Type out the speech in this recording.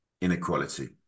inequality